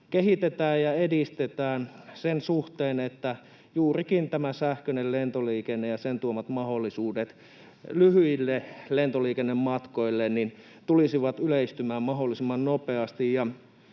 kehitetään ja edistetään sen suhteen, että juurikin tämä sähköinen lentoliikenne ja sen tuomat mahdollisuudet lyhyille lentoliikennematkoille tulisivat yleistymään mahdollisimman nopeasti.